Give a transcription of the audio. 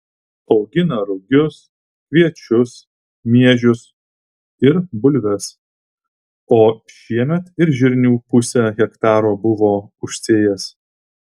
augina rugius kviečius miežius ir bulves o šiemet ir žirnių pusę hektaro buvo užsėjęs